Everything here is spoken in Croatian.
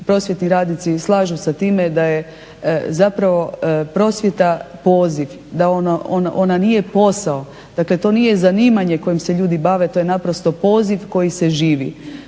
prosvjetni radnici slažu sa time da je zapravo prosvjeta poziv, da ona nije posao. Dakle to nije zanimanje kojim se ljudi bave, to je naprosto poziv koji se živi.